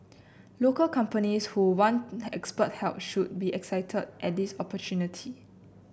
local companies who want expert help should be excited at this opportunity